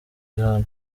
iran